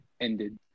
ended